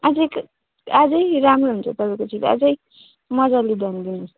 अझै क् अझै राम्रो हुन्छ तपाईँको छोरी अझै मज्जाले ध्यान दिनु